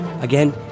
Again